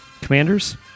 Commanders